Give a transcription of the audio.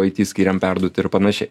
it skyriam perduoti ir panašiai